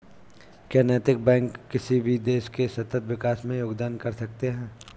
क्या नैतिक बैंक किसी भी देश के सतत विकास में योगदान कर सकते हैं?